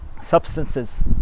substances